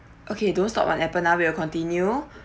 okay don't stop on Appen uh we will continue